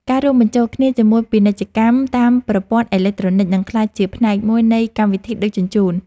ការរួមបញ្ចូលគ្នាជាមួយពាណិជ្ជកម្មតាមប្រព័ន្ធអេឡិចត្រូនិច នឹងក្លាយជាផ្នែកមួយនៃកម្មវិធីដឹកជញ្ជូន។